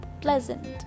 pleasant